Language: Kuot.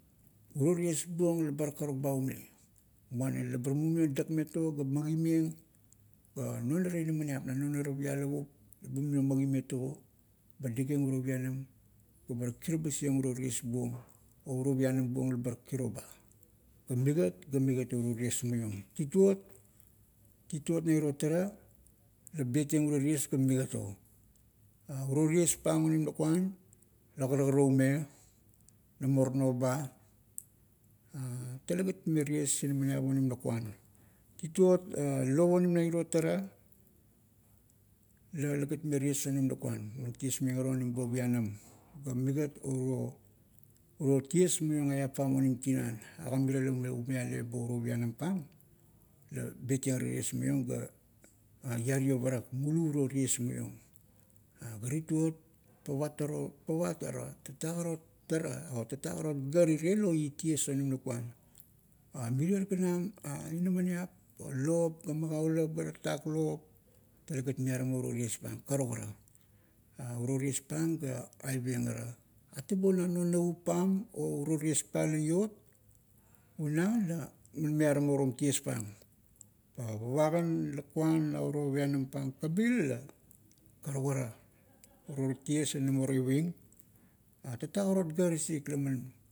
Uro tiesbuong lebar karuk ba ume. Muana laba mumiong dakmeng to ga magi-meng, ga nonara inaminiap na nonara pialaup ba mumiong magimegn togo, ba dakieng uro pianam, gabar kiribasieng uro tiesbuong, o uro pianam buong leba kiro ba. Ga migat o uro ties maiong. Tituot, tituot na iro tara, la betieng uro ties ga migat o. Uro tiespiang onim lakuan, la karukara ume, namor no ba. Talegat mime ties inaminiap onim lakuan. Tituot, lop onimm na iro tara, la talegat ime tiesmeng onim lakuan, man tiesmeng ara onim bo pianam, ga migat o uro, uro ties maiong eap pam onim tinan, aga mirie la ume umiale bo uro pianam pang, la betieng ara ties maiong ga, iario parak. Mulu, uro ties maiong ga, iario parak. Mulu, uro ties maiong. Pa tituot, pavatara, pavatara tatak ara tara, o tatak ara gar irie la oit ties onim lakuan. Mirier ganam inaminiap, lop ga magaulap, ga tatak lop, talegat miaramo uroo tiespang. Karukara, uro tiespiang la aipieng ara. Atabo na non navup pam o uro tiespang la iot, una la man miaramo rom tiespiang. Pa pava kan lakuan na uro pianam pang kabil la, karukara, uror ties la nmao iving tatak arot gar isik laman.